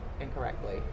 incorrectly